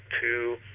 two